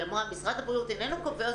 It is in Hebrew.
היא אמרה שמשרד הבריאות איננו קובע,